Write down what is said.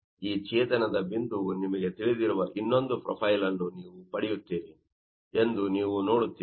ಈ ಛೇದನದ ಬಿಂದುವು ನಿಮಗೆ ತಿಳಿದಿರುವ ಇನ್ನೊಂದು ಪ್ರೊಫೈಲ್ ಅನ್ನು ನೀವು ಪಡೆಯುತ್ತೀರಿ ಎಂದು ನೀವು ನೋಡುತ್ತೀರಿ